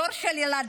הדור של ילדיי,